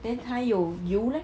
then 它有油 leh